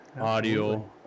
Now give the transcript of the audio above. audio